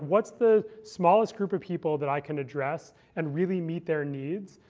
what's the smallest group of people that i can address and really meet their needs?